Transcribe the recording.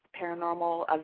paranormal